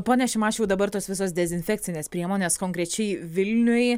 pone šimašiau dabar tos visos dezinfekcinės priemonės konkrečiai vilniuj